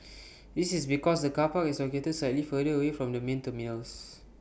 this is because the car park is located slightly further away from the main terminals